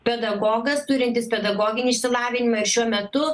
pedagogas turintis pedagoginį išsilavinimą ir šiuo metu